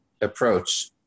approach